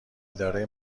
اداره